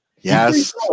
Yes